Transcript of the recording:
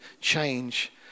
change